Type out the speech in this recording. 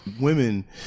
Women